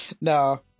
No